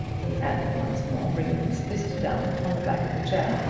he added, once more bringing his fist down upon the back of the chair,